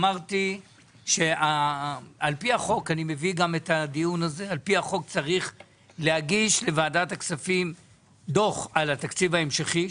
אמרתי שעל פי החוק צריך להגיש לוועדת הכספים דוח על התקציב ההמשכי,